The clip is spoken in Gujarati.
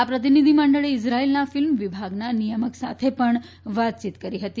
આ પ્રતિનિધિમંડળે ઈઝરાયેલના ફિલ્મ વિભાગના નિયામક સાથે પણ વાતચીત કરી હતી